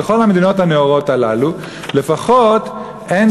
בכל המדינות הנאורות הללו לפחות אין